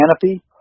canopy